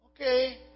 Okay